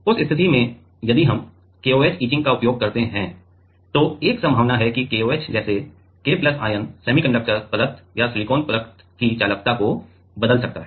तो उस स्थिति में यदि हम KOH इचिंग का उपयोग करते हैं तो एक संभावना है कि KOH जैसे K आयन सेमीकंडक्टर परत या सिलिकॉन परत की चालकता को बदल सकता है